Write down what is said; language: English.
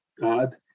God